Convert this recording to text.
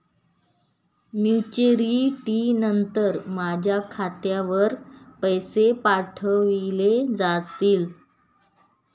Maturity नंतर माझ्या खात्यावर पैसे पाठविले जातील?